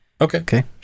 Okay